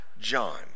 John